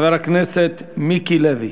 חבר הכנסת מיקי לוי.